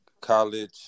college